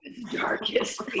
darkest